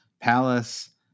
Palace